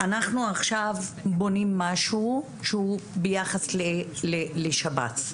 אנחנו עכשיו בונים משהו שהוא ביחס לשב"ס,